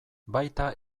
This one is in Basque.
baita